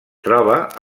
troba